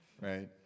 right